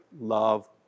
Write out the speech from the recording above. love